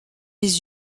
les